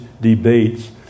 debates